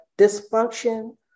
dysfunction